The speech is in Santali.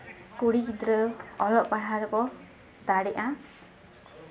ᱠᱩᱲᱤ ᱜᱤᱫᱽᱨᱟᱹ ᱚᱞᱚᱜ ᱯᱟᱲᱦᱟᱣ ᱨᱮᱠᱚ ᱫᱟᱲᱮᱜᱼᱟ